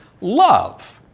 love